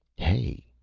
hey,